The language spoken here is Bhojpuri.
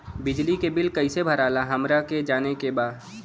बिजली बिल कईसे भराला हमरा के जाने के बा?